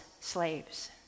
slaves